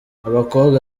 abakobwa